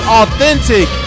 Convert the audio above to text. authentic